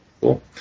Cool